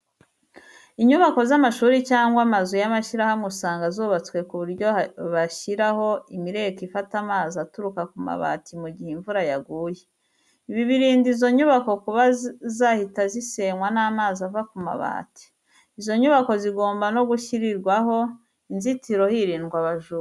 Inyubako z'amashuri cyangwa amazu y'amashyirahamwe usanga zubatswe ku buryo bashyiraho imireko ifata amazi aturuka ku mabati mu gihe imvura yaguye. Ibi birinda izo nyubako kuba zahita zisenywa n'amazi ava ku mabati. Izo nyubako zigomba no gushyirirwaho inzitiro hirindwa abajura.